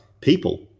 people